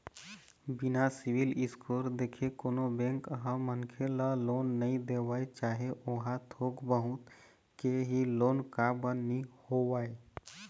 बिना सिविल स्कोर देखे कोनो बेंक ह मनखे ल लोन नइ देवय चाहे ओहा थोक बहुत के ही लोन काबर नीं होवय